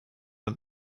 and